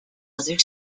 other